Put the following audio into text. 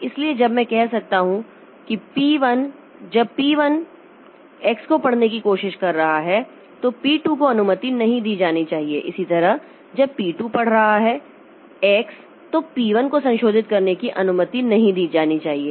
इसलिए जब मैं कह सकता हूं कि जब पी 1 x को पढ़ने की कोशिश कर रहा है तो पी 2 को अनुमति नहीं दी जानी चाहिए इसी तरह जब पी 2 पढ़ रहा है एक्स तो पी 1 को संशोधित करने की अनुमति नहीं दी जानी चाहिए